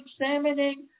examining